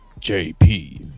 JP